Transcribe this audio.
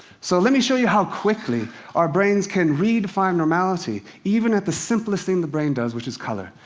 so, let me show you how quickly our brains can redefine normality, even at the simplest thing the brain does, which is color.